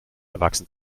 erwachsen